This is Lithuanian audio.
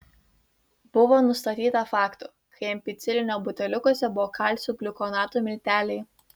buvo nustatyta faktų kai ampicilino buteliukuose buvo kalcio gliukonato milteliai